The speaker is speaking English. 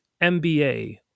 MBA